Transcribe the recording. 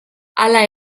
hala